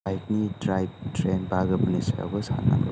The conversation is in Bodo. बाइकनि ड्राइभ ट्रेन बाहागोफोरनि सायावबो सान्नांगौ